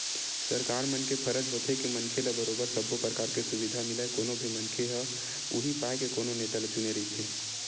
सरकार मन के फरज होथे के मनखे ल बरोबर सब्बो परकार के सुबिधा मिलय कोनो भी मनखे ह उहीं पाय के कोनो नेता ल चुने रहिथे